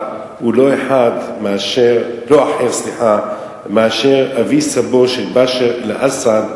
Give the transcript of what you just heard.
הוא לא אחר מאשר אבי-סבו של בשאר אל-אסד,